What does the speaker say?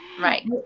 Right